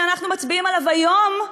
שאנחנו מצביעים עליו היום,